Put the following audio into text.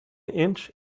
inch